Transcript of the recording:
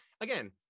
again